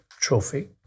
trophy